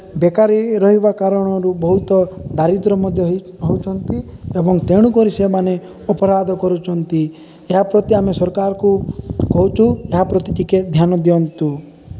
ବେକାରୀ ରହିବା କାରଣରୁ ବହୁତ ଦାରିଦ୍ର ମଧ୍ୟ ହେଉଛନ୍ତି ଏବଂ ତେଣୁକରି ସେମାନେ ଅପରାଧ କରୁଛନ୍ତି ଏହା ପ୍ରତି ଆମେ ସରକାରକୁ କହୁଛୁ ଏହା ପ୍ରତି ଟିକିଏ ଧ୍ୟାନ ଦିଅନ୍ତୁ